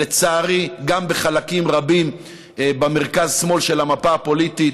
ולצערי גם בחלקים רבים במרכז-שמאל של המפה הפוליטית.